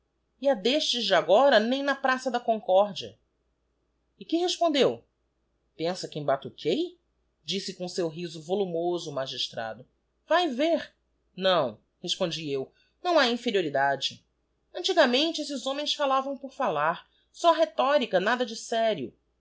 e a d'estes de agora nem na praça da concórdia e que respondeu pensa que embatuquei disse com o seu riso volumoso o magistrado vae vêr não respondi eu não ha inferioridade antigamente esses homens falavam por falar só rhetorica nada de serio